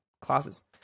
classes